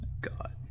God